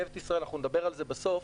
אנחנו נדבר על זה בסוף,